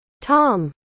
Tom